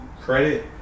credit